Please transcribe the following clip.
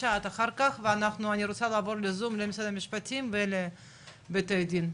אח"כ אנחנו נעבור לזום למשרד המשפטים ולבתי הדין.